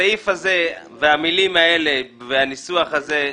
הסעיף הזה והמילים האלה והניסוח הזה,